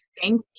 thank